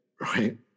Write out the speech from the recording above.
right